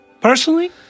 Personally